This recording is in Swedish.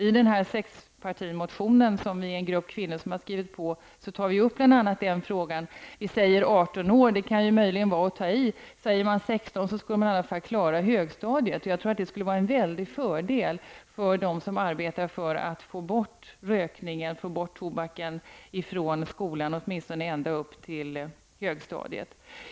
I den sexpartimotion som en grupp kvinnor har skrivit under tar vi upp bl.a. den frågan. I den säger vi att åldersgränsen skall vara 18 år. Det kan möjligen vara att ta i. Om man säger 16 år skulle man i varje fall klara av detta när det gäller högstadiet. Jag tror att det skulle vara en stor fördel för dem som arbetar för att få bort rökningen och tobaken från skolan, åtminstone ända upp t.o.m.